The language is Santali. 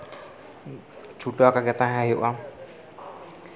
ᱡᱟᱦᱟᱸ ᱠᱤ ᱪᱷᱩᱴᱟᱹᱣ ᱟᱠᱟᱜᱮ ᱛᱟᱦᱮᱱ ᱦᱩᱭᱩᱜᱼᱟ